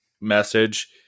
message